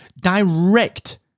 direct